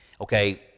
Okay